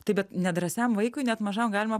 taip bet nedrąsiam vaikui net mažam galima